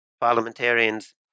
parliamentarians